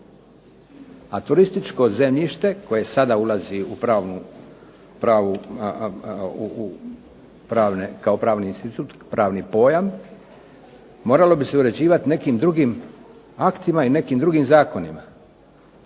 a turističko zemljište koje sada ulazi kao pravni institut, pravni pojam moralo bi se uređivati nekim drugim aktima i nekim drugim zakonima.